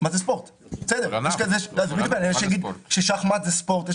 יש שיגידו ששחמט זה ספורט.